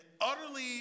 utterly